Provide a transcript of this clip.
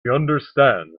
understands